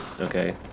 okay